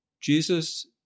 Jesus